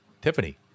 Tiffany